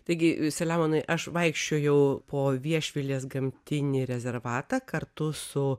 taigi seliamonai aš vaikščiojau po viešvilės gamtinį rezervatą kartu su